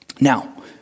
Now